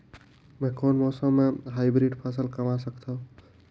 मै कोन मौसम म हाईब्रिड फसल कमा सकथव?